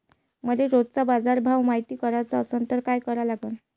मले रोजचा बाजारभव मायती कराचा असन त काय करा लागन?